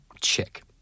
check